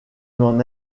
n’en